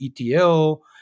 ETL